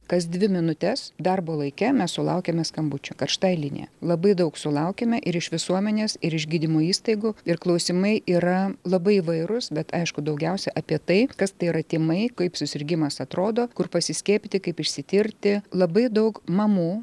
kas dvi minutes darbo laike mes sulaukiame skambučių karštąja linija labai daug sulaukiame ir iš visuomenės ir iš gydymo įstaigų ir klausimai yra labai įvairus bet aišku daugiausia apie tai kas tai yra tymai kaip susirgimas atrodo kur pasiskiepyti kaip išsitirti labai daug mamų